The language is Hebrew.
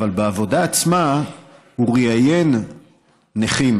אבל בעבודה עצמה הוא ראיין נכים,